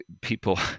people